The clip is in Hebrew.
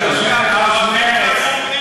אז כן להפריע לנאום החצוף של ראש הממשלה.